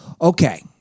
Okay